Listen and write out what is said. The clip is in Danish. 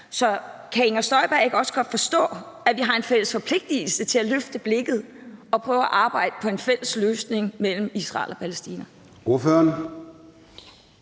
Så kan fru Inger Støjberg ikke også godt forstå, at vi har en fælles forpligtigelse til at løfte blikket og prøve at arbejde på en fælles løsning mellem Israel og Palæstina?